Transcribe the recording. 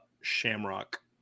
shamrock